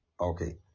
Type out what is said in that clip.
Okay